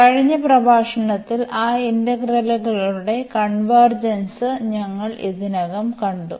കഴിഞ്ഞ പ്രഭാഷണത്തിൽ ആ ഇന്റഗ്രലുകളുടെ കൺവെർജെൻസ് ഞങ്ങൾ ഇതിനകം കണ്ടു